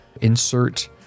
Insert